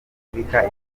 afurika